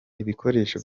ibikoresho